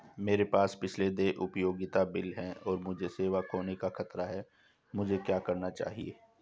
मेरे पास पिछले देय उपयोगिता बिल हैं और मुझे सेवा खोने का खतरा है मुझे क्या करना चाहिए?